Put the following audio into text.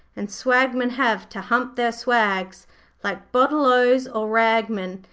and swagmen have to hump their swags like bottle-ohs or ragmen.